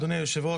אדוני היושב-ראש,